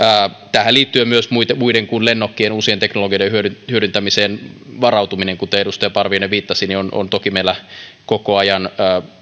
tähän liittyen myös muiden kuin lennokkien uusien teknologioiden hyödyntämiseen varautuminen kuten edustaja parviainen viittasi on on toki meillä koko ajan